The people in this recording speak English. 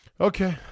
okay